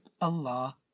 Allah